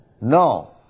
No